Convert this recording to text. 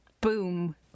Boom